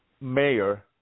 mayor